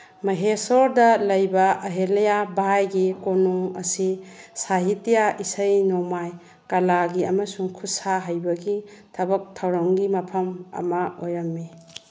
ꯃꯍꯦꯁꯣꯔꯗ ꯂꯩꯕ ꯑꯍꯦꯂꯤꯌꯥ ꯚꯥꯏꯒꯤ ꯀꯣꯅꯨꯡ ꯑꯁꯤ ꯁꯥꯍꯤꯇꯤꯌꯥ ꯏꯁꯩ ꯅꯣꯡꯃꯥꯏ ꯀꯂꯥꯒꯤ ꯑꯃꯁꯨꯡ ꯈꯨꯠꯁꯥ ꯍꯩꯕꯒꯤ ꯊꯕꯛ ꯊꯧꯔꯝꯒꯤ ꯃꯐꯝ ꯑꯃ ꯑꯣꯏꯔꯝꯃꯤ